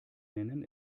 nennen